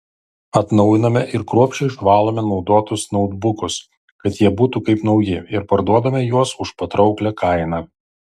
atnaujiname ir kruopščiai išvalome naudotus nautbukus kad jie būtų kaip nauji ir parduodame juos už patrauklią kainą